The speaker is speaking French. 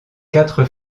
quatre